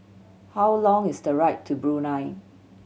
how long is the right to Brunei